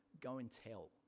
go-and-tell